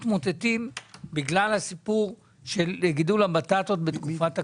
שמתמוטטים בגלל הסיפור של גידול הבטטות בתקופת הקורונה.